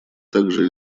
также